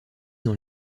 dans